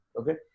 okay